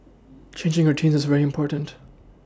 changing routines is very important